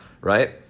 right